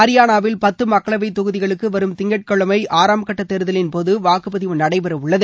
அரியானாவில் பத்து மக்களவைத் தொகுதிகளுக்கு வரும் திங்கட்கிழமை ஆறாம் கட்ட தேர்தலின்போது வாக்குப்பதிவு நடைபெறவுள்ளது